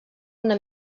una